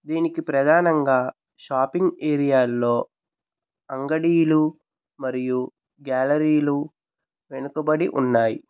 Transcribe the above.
దీనికి ప్రధానంగా షాపింగ్ ఏరియాల్లో అంగడీలు మరియు గ్యాలరీలు వెనుకబడి ఉన్నాయి